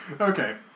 Okay